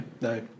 No